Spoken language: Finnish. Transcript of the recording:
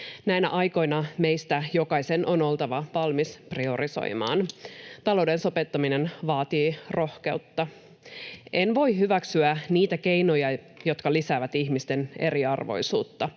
Näinä aikoina meistä jokaisen on oltava valmis priorisoimaan. Talouden sopeuttaminen vaatii rohkeutta. En voi hyväksyä niitä keinoja, jotka lisäävät ihmisten eriarvoisuutta